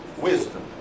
wisdom